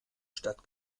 statt